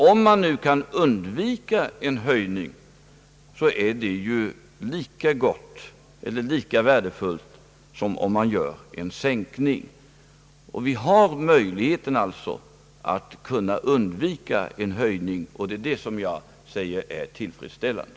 Om man nu kan undvika en höjning så är det ju lika gott eller lika värdefullt som om man gör en sänkning av annuiteterna. Vi har alltså möjlighet att undvika en höjning, och det är det som jag betraktar som tillfredsställande.